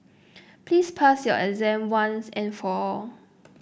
please pass your exam once and for all